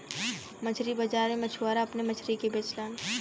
मछरी बाजार में मछुआरा अपने मछरी के बेचलन